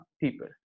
people